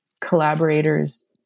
collaborators